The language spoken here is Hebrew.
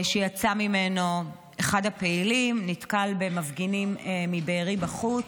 יצא ממנו אחד הפעילים, נתקל במפגינים מבארי בחוץ,